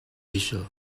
asia